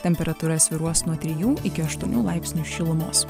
temperatūra svyruos nuo trijų iki aštuonių laipsnių šilumos